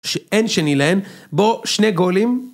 שאין שני להן, בוא, שני גולים.